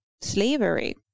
slavery